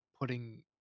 putting